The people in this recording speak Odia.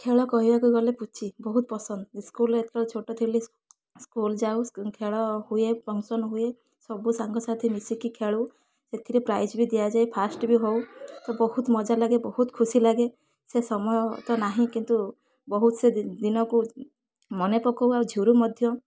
ଖେଳ କହିବାକୁ ଗଲେ ପୁଚି ବହୁତ ପସନ୍ଦ ସ୍କୁଲରେ ଯେତେବେଳେ ଛୋଟ ଥିଲି ସ୍କୁଲ ଯାଉ ଖେଳ ହୁଏ ଫଙ୍କସନ୍ ହୁଏ ସବୁ ସାଙ୍ଗସାଥି ମିଶିକି ଖେଳୁ ସେଥିରେ ପ୍ରାଇଜ୍ ବି ଦିଆଯାଏ ଫାର୍ଷ୍ଟ ବି ହଉ ତ ବହୁତ ମଜା ଲାଗେ ବହୁତ ଖୁସି ଲାଗେ ସେ ସମୟ ତ ନାହିଁ କିନ୍ତୁ ବହୁତ ସେ ଦିନକୁ ମନେ ପକାଉ ଆଉ ଝୁରୁ ମଧ୍ୟ